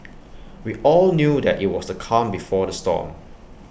we all knew that IT was the calm before the storm